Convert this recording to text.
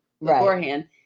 beforehand